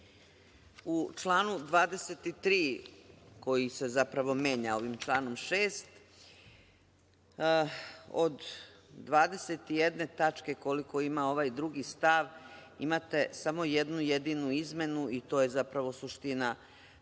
U članu 23, koji se zapravo menja ovim članom 6, od 21 tačke koliko ima ovaj drugi stav, imate samo jednu jedinu izmenu i to je zapravo suština